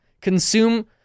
Consume